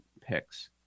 picks